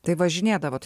tai važinėdavot